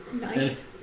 Nice